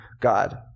God